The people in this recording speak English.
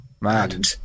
mad